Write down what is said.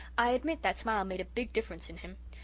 i admit that smile made a big difference in him.